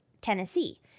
Tennessee